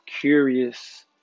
curious